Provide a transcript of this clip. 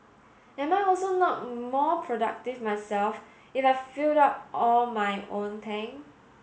am I also not more productive myself if I filled up all my own tank